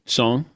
song